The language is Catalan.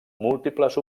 múltiples